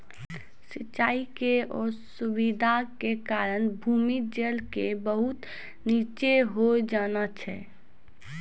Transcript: सिचाई के असुविधा के कारण भूमि जल के बहुत नीचॅ होय जाना छै